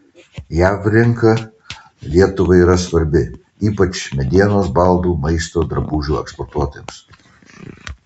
jav rinka lietuvai yra svarbi ypač medienos baldų maisto drabužių eksportuotojams